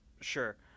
Sure